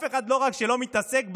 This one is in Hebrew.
לא רק שאף אחד לא מתעסק בהן,